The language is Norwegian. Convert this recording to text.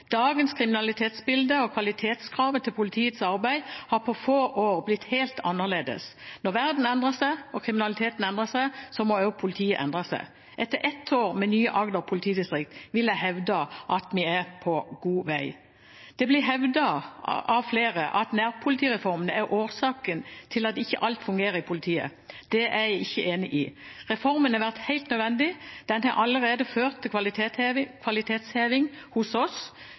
Dagens kriminalitetsbilde og kvalitetskravet til politiets arbeid har på få år blitt helt annerledes. Når verden endrer seg og kriminaliteten endrer seg, må også politiet endre seg. Etter ett år med «nye Agder politidistrikt» vil jeg hevde at vi er på god vei.» Og videre: «Det blir hevdet av flere at nærpolitireformen er årsaken til at ikke alt fungerer i politiet. Det er jeg ikke enig i. Reformen har vært helt nødvendig. Den har allerede ført til kvalitetsheving hos oss.